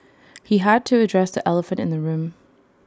he had to address the elephant in the room